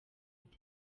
ute